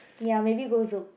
ya maybe go Zouk